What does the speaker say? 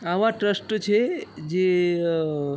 આવા ટ્રસ્ટ છે જે